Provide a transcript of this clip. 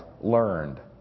learned